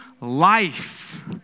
life